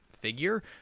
figure